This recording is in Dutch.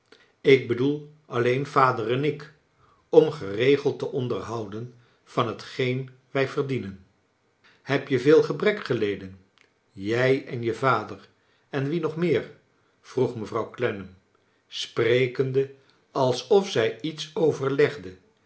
ik bedoel alleen vader en ik om geregeld te onderhouden van hetgeen wij verdienen heb je veel gebrek geleden jij en je vader en wie nog meer vroeg mevrouw clennam sprekende alsof zij iets overlegde